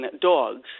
dogs